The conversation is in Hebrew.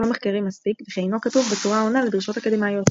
מחקרי מספיק וכי אינו כתוב בצורה העונה לדרישות אקדמאיות.